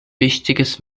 wichtiges